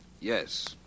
Yes